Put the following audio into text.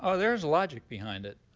ah there is logic behind it.